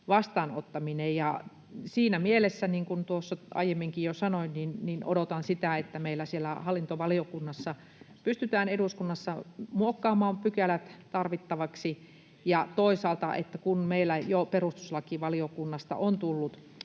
vastaanottaminen. Siinä mielessä, niin kuin aiemminkin jo sanoin, odotan sitä, että meillä hallintovaliokunnassa eduskunnassa pystytään muokkaamaan pykälät tarvittaviksi, kun meillä toisaalta jo perustuslakivaliokunnasta on tullut